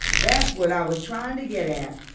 that's what i was trying to get at.